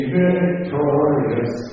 victorious